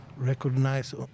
recognize